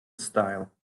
style